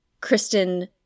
Kristen